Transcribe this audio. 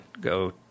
go